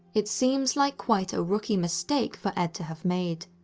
it seems like quite a rookie mistake for ed to have made.